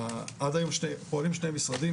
עד היום פועלים שני המשרדים,